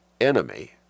enemy